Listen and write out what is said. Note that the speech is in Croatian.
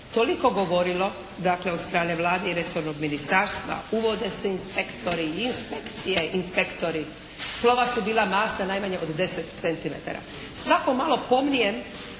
toliko govorilo, dakle od strane Vlade i resornog ministarstva, uvode inspektori, inspekcije, inspektori. Slova su bila masna najmanje od 10 centimetara. Svako malo pomnije